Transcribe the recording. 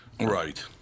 Right